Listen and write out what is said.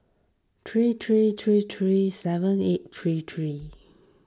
three three three three seven eight three three